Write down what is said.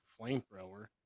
flamethrower